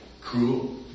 Cruel